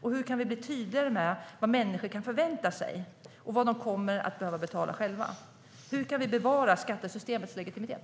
Hur kan vi bli tydligare med vad människor kan förvänta sig och vad de kommer att behöva betala själva? Hur kan vi bevara skattesystemets legitimitet?